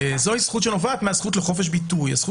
זוהי זכות שנובעת מהזכות לחופש ביטוי הזכות